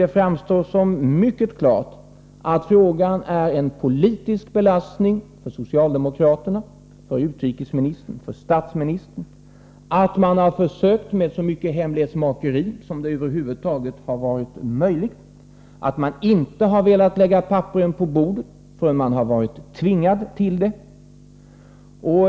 Det framstår som mycket klart att frågan är en politisk belastning för socialdemokraterna, utrikesministern och statsministern, att man har försökt med så mycket hemlighetsmakeri som det över huvud taget varit möjligt och att man inte har velat lägga papperen på bordet förrän man varit tvingad till det.